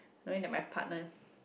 knowing that my partner